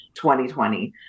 2020